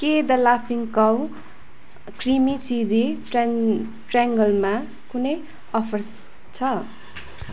के द लाफिङ cow creamy cheesy ट्रायङ्गरमा कुनै अफर छ